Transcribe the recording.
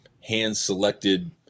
hand-selected